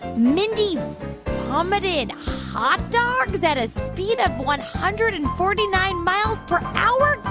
mindy vomited hot dogs at a speed of one hundred and forty nine miles per hour.